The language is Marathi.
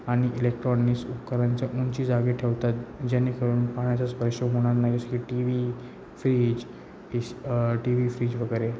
आणि इलेक्ट्रॉनिक्स उपकरणाचं उंची जागी ठेवतात जेणेकरून पाण्याचा स्पर्श होणार नाही जसं की टी व्ही फ्रीज एस् टी व्ही फ्रीज वगैरे